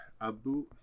Abu